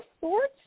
sorts